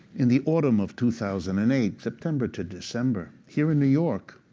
in the autumn of two thousand and eight, september to december, here in new york,